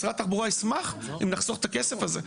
משרד התחבורה ישמח אם נחסוך את הכסף הזה,